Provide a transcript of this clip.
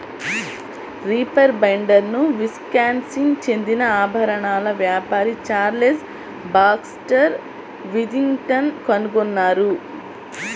reaper బైండర్ను Wisconsin చెందిన ఆభరణాల వ్యాపారి చార్లెస్ బాక్స్టర్ విథింగ్టన్ కనుగొన్నారు